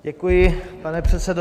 Děkuji, pane předsedo.